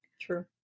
True